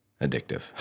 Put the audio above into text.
addictive